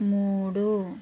మూడు